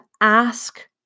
ask